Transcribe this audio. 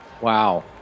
Wow